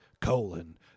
colon